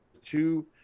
two